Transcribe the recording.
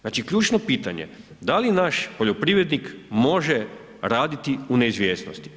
Znači ključno pitanje, da li naš poljoprivrednik može raditi u neizvjesnosti?